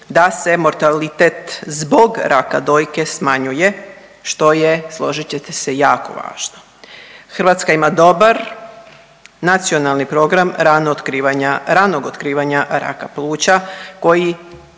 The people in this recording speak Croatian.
da se mortalitet zbog raka dojke smanjuje što je složit ćete se jako važno. Hrvatska ima dobar Nacionalni program ranog otkrivanja raka pluća